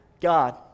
God